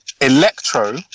Electro